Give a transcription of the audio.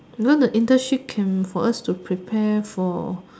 you know the internship can for us to prepare for